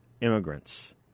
Immigrants